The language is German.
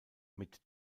mit